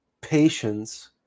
Patience